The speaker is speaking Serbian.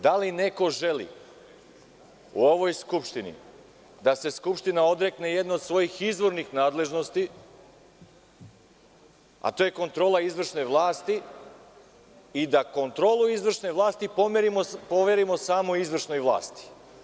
Da li neko želi u ovoj skupštini da se Skupština odrekne jedne od svojih izvornih nadležnosti, a to je kontrola izvršne vlasti i da kontrolu izvršne vlasti poverimo samo izvršnoj vlasti.